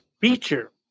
Feature